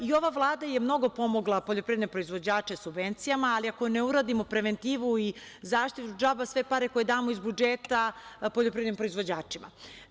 I ova Vlada je mnogo pomogla poljoprivredne proizvođače subvencijama, ali ako ne uradimo preventivu i zaštitu, džaba sve pare koje damo iz budžeta poljoprivrednim proizvođačima.